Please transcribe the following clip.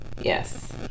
yes